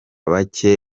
bake